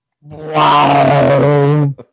Wow